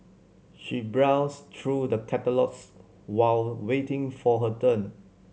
she browsed through the catalogues while waiting for her turn